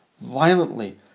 violently